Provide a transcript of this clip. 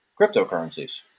cryptocurrencies